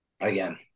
again